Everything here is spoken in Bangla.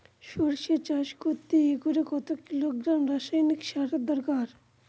সরষে চাষ করতে একরে কত কিলোগ্রাম রাসায়নি সারের দরকার?